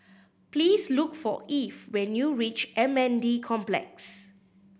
please look for Eve when you reach M N D Complex